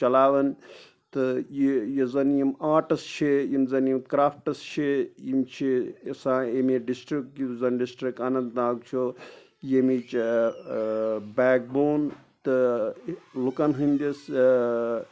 چلاوان تہٕ یہِ یُس زَن یِم آرٹٕس چھِ یِم زَن یِم کرٛافٹٕس چھِ یِم چھِ یُسہ ییٚمہِ ڈِسٹِرٛک یُس زَن ڈِسٹِرٛک اننت ناگ چھُ ییٚمِچ بیک بون تہٕ لُکن ہنٛدِس